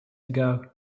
ago